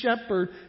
shepherd